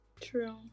True